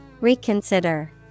Reconsider